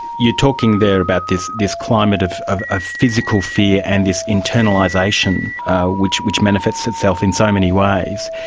you're talking there about this this climate of of ah physical fear and this internalisation which which manifests itself in so many ways.